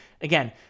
Again